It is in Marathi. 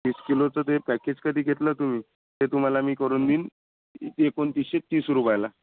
तीस किलोचं पॅकेज जर कधी घेतलं तुम्ही ते तुम्हाला मी करून देईन एकोणतीसशे तीस रुपयाला